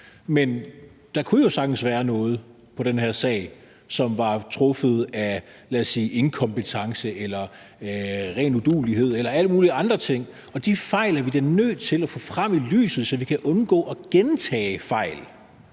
Men der kunne jo sagtens være noget i den her sag, nogle beslutninger, som var truffet af, lad os sige inkompetence eller ren uduelighed eller alle mulige andre ting, og de fejl er vi da nødt til at få frem i lyset, så vi kan undgå at gentage fejl.